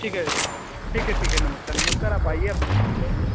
ठीक है ठीक है ठीक है नमस्कार नमस्कार आप आइए आप धन्यवाद ठीक है